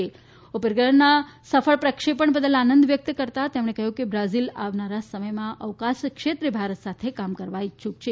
ઉ ગ્રહના સફળ પ્રક્ષે ણ બદલ આનંદ વ્યકત કરતા તેમણે કહયું કે બ્રાઝીલ આવનાર સમયમાં અવકાશ ક્ષેત્રે ભારત સાથે કામ કરવા ઇચ્છુક છે